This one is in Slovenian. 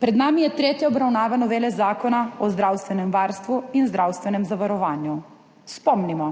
Pred nami je tretja obravnava novele Zakona o zdravstvenem varstvu in zdravstvenem zavarovanju. Spomnimo,